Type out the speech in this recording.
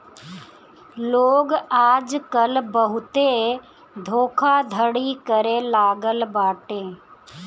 लोग आजकल बहुते धोखाधड़ी करे लागल बाटे